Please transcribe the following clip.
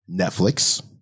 Netflix